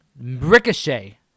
Ricochet